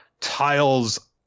tiles